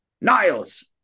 Niles